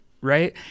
right